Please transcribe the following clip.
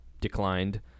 declined